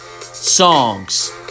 songs